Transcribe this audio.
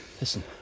Listen